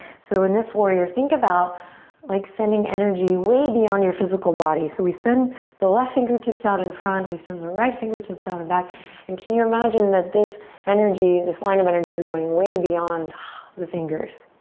so in this warrior, think about like sending energy way beyond your physical body. so we send the left fingertips out in front. we send the right fingertips out in back and can you imagine that this energy, this line of energy is going way beyond the fingers.